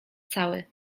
cały